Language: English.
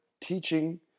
teaching